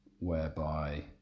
whereby